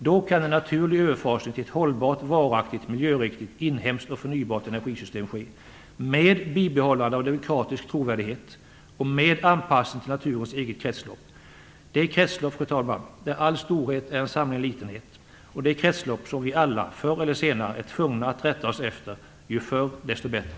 Då kan en naturlig överfasning till ett hållbart, varaktigt, miljöriktigt, inhemskt och förnybart energisystem ske, med bibehållande av demokratisk trovärdighet och med anpassning till naturens eget kretslopp. Det kretslopp, fru talman, där all storhet är en samling litenhet och det kretslopp som vi alla, förr eller senare, är tvungna att rätta oss efter. Ju förr, desto bättre.